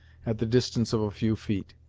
at the distance of a few feet.